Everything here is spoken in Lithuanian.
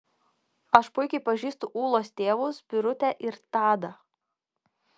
aš puikiai pažįstu ūlos tėvus birutę ir tadą